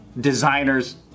designer's